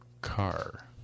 Car